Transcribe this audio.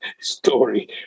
story